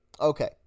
Okay